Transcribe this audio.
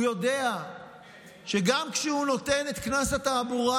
הוא יודע שגם כשהוא נותן את קנס התעבורה,